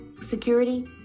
security